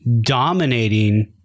dominating